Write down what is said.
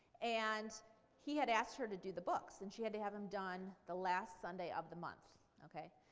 and he had asked her to do the books, and she had to have them done the last sunday of the month, okay?